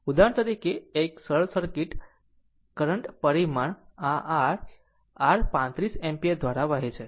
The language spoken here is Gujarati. ઉદાહરણ તરીકે આ એક સરળ શ્રેણી સર્કિટ કરંટ પરિમાણ આ I r 35 એમ્પીયર દ્વારા વહે છે